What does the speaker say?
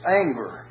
anger